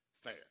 fair